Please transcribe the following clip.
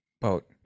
boat